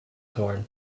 torn